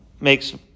makes